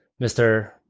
Mr